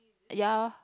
ya